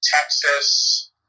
Texas